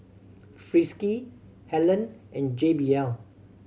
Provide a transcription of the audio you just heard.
Friskies Helen and J B L